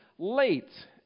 Late